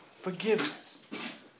forgiveness